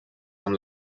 amb